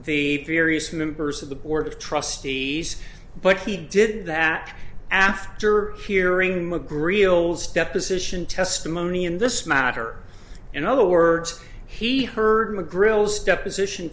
the various members of the board of trustees but he did that after hearing mcgreal step position testimony in this matter in other words he heard in the grill's deposition